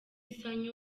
sanyu